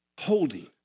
holding